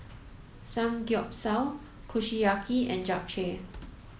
Samgeyopsal Kushiyaki and Japchae